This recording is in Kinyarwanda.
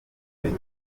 bite